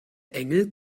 engel